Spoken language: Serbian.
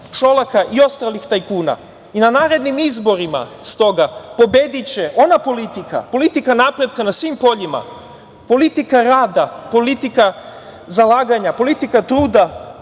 Šolaka i ostalih tajkuna i na narednim izborima pobediće ona politika, politika napretka na svim poljima, politika rada, politika zalaganja, politika truda,